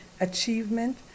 achievement